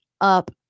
up